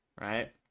Right